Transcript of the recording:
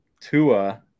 Tua